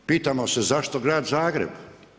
Pitamo se zašto grad Zagreb?